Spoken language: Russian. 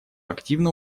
активно